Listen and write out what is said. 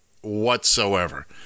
whatsoever